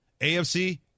AFC